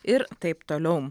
ir taip toliau